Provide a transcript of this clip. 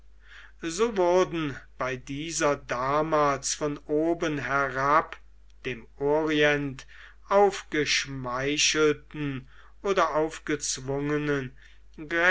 so wurden bei dieser damals von oben herab dem orient aufgeschmeichelten oder aufgezwungenen